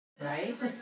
Right